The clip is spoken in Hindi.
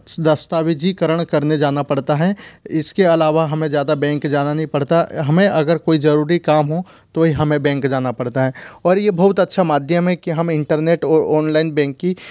दस्तावेजीकरण करने जाना पड़ता है इसके अलावा हमें ज़्यादा बेंक जाना नई पड़ता हमें अगर कोई जरूरी काम हो तो ही हमे बेंक जाना पड़ता हे और यह बहुत अच्छा माध्यम है कि हम इंटरनेट और ओनलाइन बेंकिंग